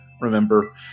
Remember